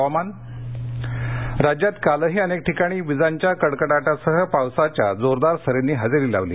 हवामान पाऊस राज्यात कालही अनेक ठिकाणी विजांच्या कडकडाटासह पावसाच्या जोरदार सरींनी हजेरी लावली